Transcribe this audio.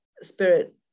spirit